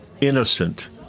innocent